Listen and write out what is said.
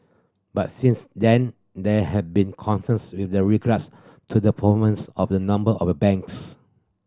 but since then there have been concerns with the to the performance of a number of banks